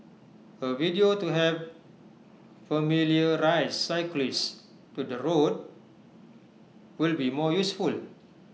A video to help familiarise cyclists to the route will be more useful